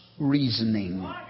reasoning